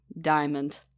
diamond